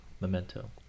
memento